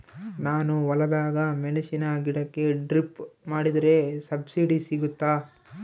ನಾನು ಹೊಲದಾಗ ಮೆಣಸಿನ ಗಿಡಕ್ಕೆ ಡ್ರಿಪ್ ಮಾಡಿದ್ರೆ ಸಬ್ಸಿಡಿ ಸಿಗುತ್ತಾ?